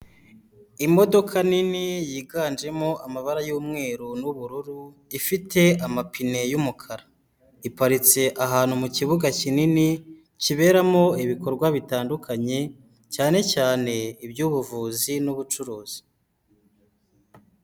Imodoka nini yiganjemo amabara y'umweru n'ubururu ifite amapine y'umukara, iparitse ahantu mu kibuga kinini kiberamo ibikorwa bitandukanye cyane cyane iby'ubuvuzi n'ubucuruzi.